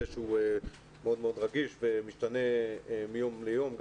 שהוא מאד מאוד רגיש ומשתנה מיום ליום.